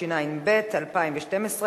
התשע"ב 2012,